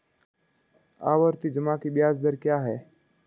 आवर्ती जमा की ब्याज दर क्या है?